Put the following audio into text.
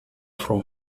from